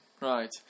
Right